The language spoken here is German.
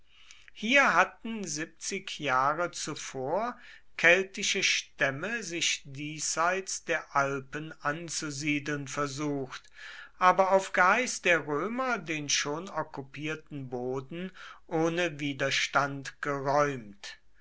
hier hatten siebzig jahre zuvor keltische stämme sich diesseits der alpen anzusiedeln versucht aber auf geheiß der römer den schon okkupierten boden ohne widerstand geräumt